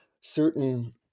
certain